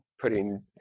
putting